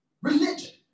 Religion